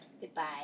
Goodbye